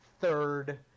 third